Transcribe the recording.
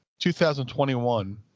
2021